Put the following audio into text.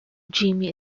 jimmy